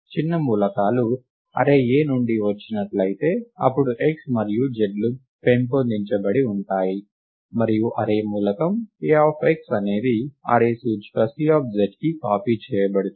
చిన్న మూలకాలు array A నుండి వచ్చినట్లయితే అప్పుడు x మరియు z లు పెంపొందించబడి ఉంటాయి మరియు అర్రే మూలకం Ax అనేది అర్రే సూచిక Czకి కాపీ చేయబడుతుంది